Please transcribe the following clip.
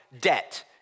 debt